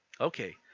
okay